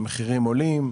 המחירים עולים,